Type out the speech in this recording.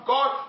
God